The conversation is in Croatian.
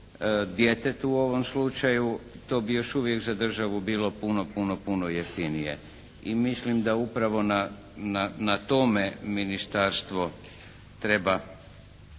djetetu u ovom slučaju to bi još uvijek za državu bilo puno, puno, puno jeftinije i mislim da upravo na tome ministarstvo treba